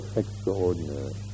extraordinary